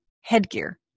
headgear